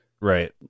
Right